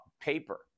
paper